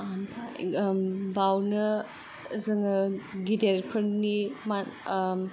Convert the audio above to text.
बावनो गिदिरफोरनि मान